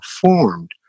formed